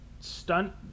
stunt